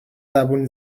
زبون